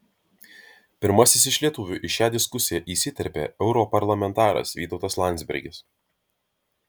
pirmasis iš lietuvių į šią diskusiją įsiterpė europarlamentaras vytautas landsbergis